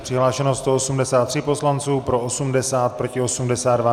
Přihlášeno 183 poslanců, pro 80, proti 82.